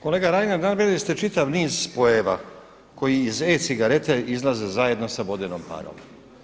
Kolega Reiner, naveli ste čitav niz spojeva koji iz e-cigarete izlaze zajedno sa vodenom parom.